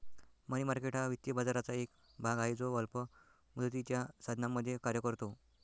मनी market हा वित्तीय बाजाराचा एक भाग आहे जो अल्प मुदतीच्या साधनांमध्ये कार्य करतो